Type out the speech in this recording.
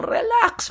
Relax